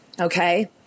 okay